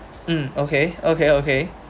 mm okay okay okay